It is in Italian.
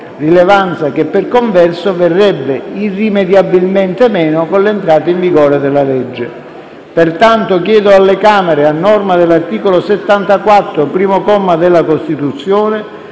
rilevanza che, per converso, verrebbe irrimediabilmente meno con l'entrata in vigore della legge. Pertanto, chiedo alle Camere - a norma dell'articolo 74, primo comma, della Costituzione